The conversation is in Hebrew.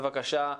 בבקשה,